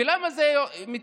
ולמה זה מתסכל?